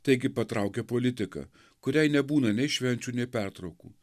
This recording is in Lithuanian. taigi patraukė politika kuriai nebūna nei švenčių nei pertraukų